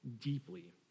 deeply